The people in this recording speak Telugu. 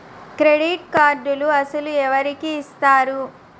క్రెడిట్ కార్డులు అసలు ఎవరికి ఇస్తారు?